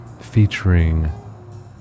featuring